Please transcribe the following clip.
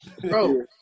Bro